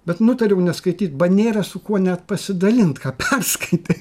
bet nutariau neskaityt ba nėra su kuo net pasidalint ką perskaitai